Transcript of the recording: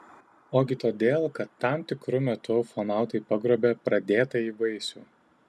ogi todėl kad tam tikru metu ufonautai pagrobia pradėtąjį vaisių